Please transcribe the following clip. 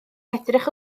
edrych